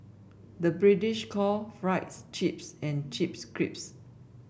the British call fries chips and chips crisps